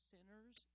Sinners